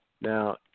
Now